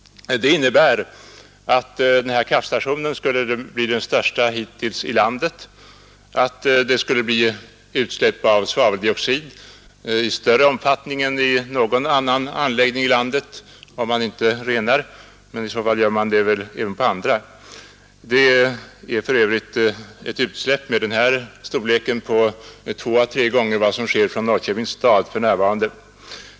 Det betyder att den här kraftstationen skulle bli den största 87 hittills i landet och att det skulle bli utsläpp av svaveldioxid i större omfattning än vid någon annan anläggning i vårt land — om man inte renar rökgaserna. Utsläppet blir två å tre gånger så stort som det Norrköpings stad för närvarande åstadkommer.